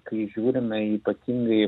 kai žiūrime ypatingai